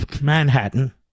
Manhattan